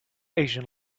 asian